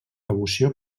devoció